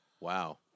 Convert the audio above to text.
Wow